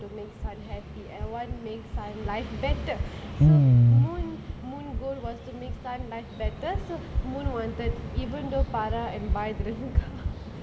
to make sun happy and want make sun's life better so moon moon's goal was to make sun's life better so moon wanted even farah and bai didn't come